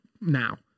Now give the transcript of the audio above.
now